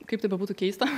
kaip tai bebūtų keista